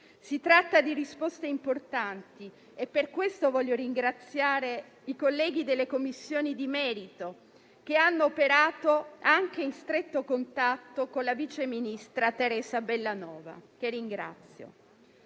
Si tratta di risposte importanti e per questo voglio ringraziare i colleghi delle Commissioni di merito, che hanno operato anche in stretto contatto con il vice ministro Teresa Bellanova, che ringrazio.